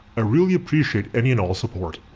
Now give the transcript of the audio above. i really appreciate any and all support.